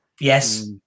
Yes